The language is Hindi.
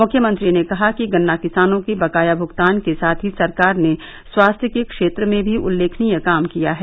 मुख्यमंत्री ने कहा कि गन्ना किसानों के बकाया भुगतान के साथ ही सरकार ने स्वास्थ्य के क्षेत्र में भी उल्लेखनीय काम किया है